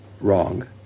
wrong